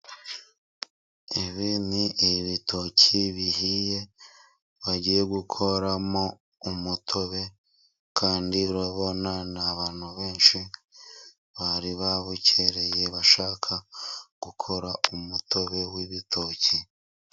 Ibi ni ibitoki bihiye bagiye gukoramo umutobe, kandi urabona ni abantu benshi bari babukereye, bashaka gukora umutobe w'ibitoki.